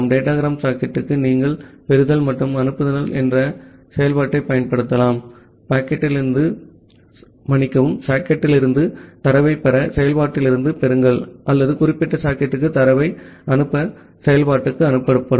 datagram சாக்கெட்டுக்கு நீங்கள் பெறுதல் மற்றும் அனுப்புதல் என்ற செயல்பாட்டைப் பயன்படுத்தலாம் சாக்கெட்டிலிருந்து தரவைப் பெற செயல்பாட்டிலிருந்து பெறுங்கள் அல்லது குறிப்பிட்ட சாக்கெட்டுக்கு தரவை அனுப்ப செயல்பாட்டுக்கு அனுப்பப்படும்